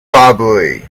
robbery